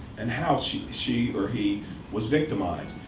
and how she she or he was victimized.